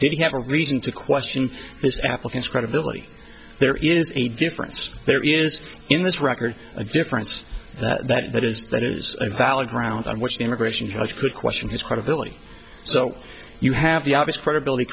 did he have a reason to question this applicant's credibility there is a difference there is in this record a difference that that is that is a valid grounds on which the immigration judge could question his credibility so you have the obvious credibility